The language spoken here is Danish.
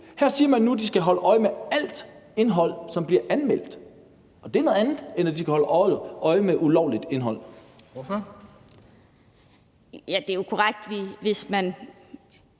Her siger man nu, at de skal holde øje med alt indhold, som bliver anmeldt. Og det er noget andet, end at de skal holde øje med ulovligt indhold. Kl. 14:38 Formanden